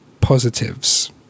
positives